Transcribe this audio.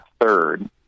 third